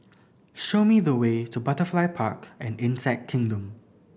show me the way to Butterfly Park and Insect Kingdom